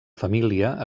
família